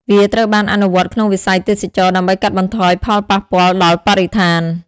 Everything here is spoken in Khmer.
វាត្រូវបានអនុវត្តក្នុងវិស័យទេសចរណ៍ដើម្បីកាត់បន្ថយផលប៉ះពាល់ដល់បរិស្ថាន។